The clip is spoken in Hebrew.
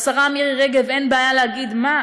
לשרה מירי רגב אין בעיה להגיד: מה,